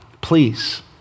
please